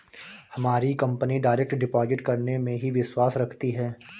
हमारी company direct deposit करने में ही विश्वास रखती है